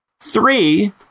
Three